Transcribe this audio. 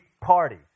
party